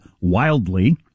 wildly